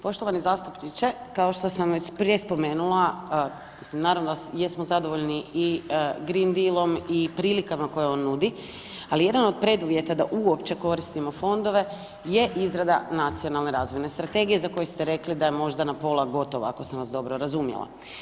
Poštovani zastupniče, kao što sam već prije spomenula, naravno da jesmo zadovoljni i Green Dealom i prilikama koje on nudi, ali jedan od preduvjeta da uopće koristimo fondove je izrada nacionalne razvojne strategije za koju ste rekli da je možda na pola gotova, ako sam vas dobro razumjela.